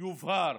יובהר